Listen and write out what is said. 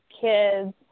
kids